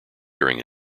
during